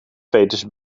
veters